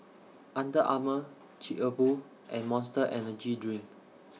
Under Armour Chic A Boo and Monster Energy Drink